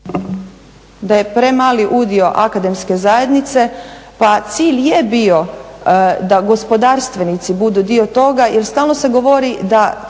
da je premali udio akademske zajednice, pa cilj je bio da gospodarstvenici budu dio toga jer stalno se govori da